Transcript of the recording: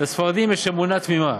לספרדים יש אמונה תמימה: